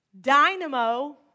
dynamo